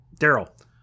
Daryl